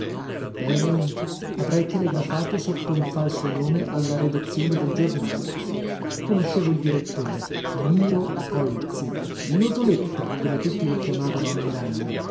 ebbene avrei telegrafato sotto un falso nome alla redazione del giornale conoscevo il direttore miro colzi lodoletta come tutti lo chiamavano